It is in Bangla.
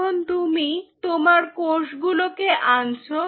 এখন তুমি তোমার কোষ গুলোকে আনছো